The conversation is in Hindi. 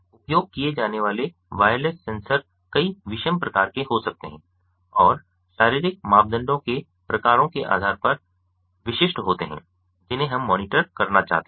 उपयोग किए जाने वाले वायरलेस सेंसर कई विषम प्रकार के हो सकते हैं और शारीरिक मापदंडों के प्रकारों के आधार पर विशिष्ट होते हैं जिन्हें हम मॉनिटर करना चाहते हैं